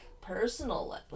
personal